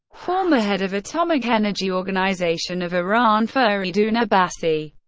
former head of atomic energy organization of iran fereydoon abbasi,